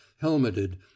helmeted